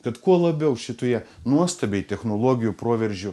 kad kuo labiau šitoje nuostabiai technologijų proveržiu